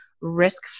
risk